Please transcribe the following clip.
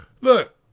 Look